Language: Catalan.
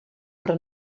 però